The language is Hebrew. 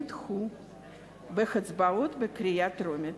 נדחו בהצבעות בקריאה טרומית.